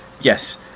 Yes